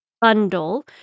bundle